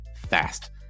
fast